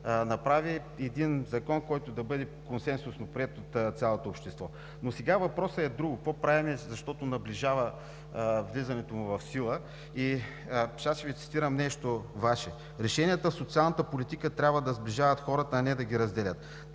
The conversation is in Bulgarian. направи един закон, който да бъде консенсусно приет от цялото общество. Но сега въпросът е друг: какво правим, защото наближава влизането му в сила? Ще цитирам сега нещо Ваше: решенията в социалната политика трябва да сближават хората, а не да ги разделят.